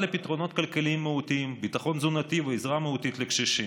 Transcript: לפתרונות כלכליים מהותיים: ביטחון תזונתי ועזרה מהותית לקשישים.